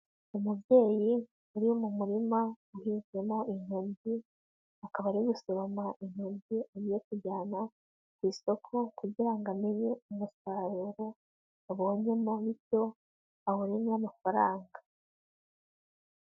Umubyeyi uri mu murima uhizemo intoryi, akaba ari bamu intoryi agiye kujyana ku isoko kugira ngo amenye umusaruro abonyemo bityo abonemo amafaranga.